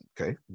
Okay